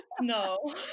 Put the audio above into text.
No